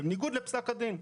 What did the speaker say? בניגוד לפסק הדין.